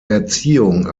erziehung